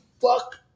fuck